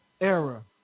era